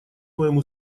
моему